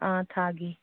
ꯑꯥ ꯊꯥꯒꯤ